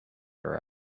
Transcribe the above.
her